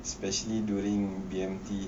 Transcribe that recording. especially during B_M_T